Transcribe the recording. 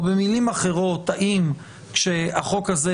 או במילים אחרות, האם כשהחוק הזה